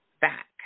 back